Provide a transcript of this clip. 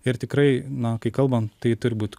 ir tikrai na kai kalbam tai turi būt